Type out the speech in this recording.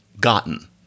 gotten